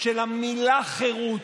של המילה "חירות".